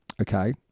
okay